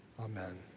amen